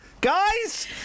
Guys